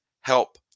help